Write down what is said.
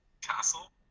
castle